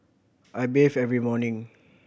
I bathe every morning